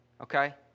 Okay